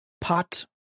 pot